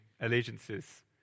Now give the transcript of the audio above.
allegiances